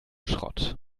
schrott